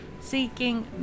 seeking